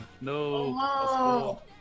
No